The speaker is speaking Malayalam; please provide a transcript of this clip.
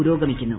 പുരോഗമിക്കുന്നു